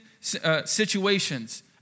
situations